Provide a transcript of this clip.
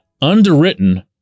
underwritten